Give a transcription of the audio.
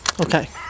Okay